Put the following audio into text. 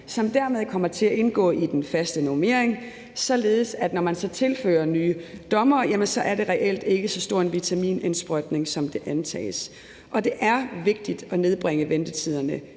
som dermed kommer til at indgå i den faste normering, således at når man så tilfører nye dommere, er det reelt ikke så stor en vitaminindsprøjtning, som det antages. Det er vigtigt at nedbringe ventetiderne